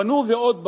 בנו, ועוד בנו.